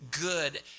good